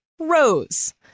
rose